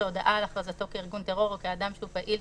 שהודעה על הכרזתו כארגון טרור או כאדם שהוא פעיל